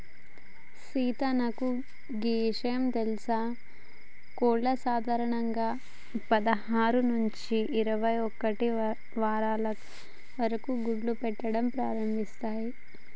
సీత నాకు గీ ఇషయం తెలుసా కోళ్లు సాధారణంగా పదహారు నుంచి ఇరవై ఒక్కటి వారాల వరకు గుడ్లు పెట్టడం ప్రారంభిస్తాయి